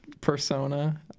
persona